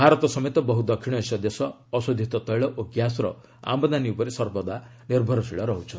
ଭାରତ ସମେତ ବହୁ ଦକ୍ଷିଣ ଏସୀୟ ଦେଶ ଅଶୋଧିତ ତେଳ ଓ ଗ୍ୟାସ୍ର ଆମଦାନୀ ଉପରେ ସର୍ବଦା ନିର୍ଭରଶୀଳ ରହୁଛନ୍ତି